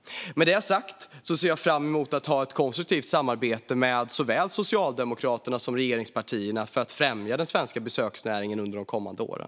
Med detta sagt ser jag fram emot att ha ett konstruktivt samarbete med såväl Socialdemokraterna som regeringspartierna för att främja den svenska besöksnäringen under de kommande åren.